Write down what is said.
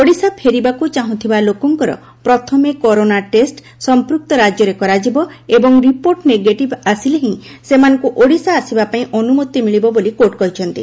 ଓଡ଼ିଶା ଫେରିବାକୁ ଚାହୁଁଥିବା ଲୋକଙ୍କର ପ୍ରଥମେ କରୋନା ଟେଷ୍ଟ ସମ୍ମୁକ୍ତ ରାଜ୍ୟରେ କରାଯିବ ଏବଂ ରିପୋର୍ଟ ନେଗେଟିଭ୍ ଆସିଲେ ହିଁ ସେମାନଙ୍କୁ ଓଡ଼ିଶା ଆସିବାପାଇଁ ଅନୁମତି ମିଳିବ ବୋଲି କୋର୍ଟ କହିଛନ୍ତି